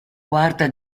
quarta